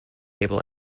table